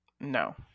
No